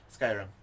Skyrim